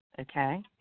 okay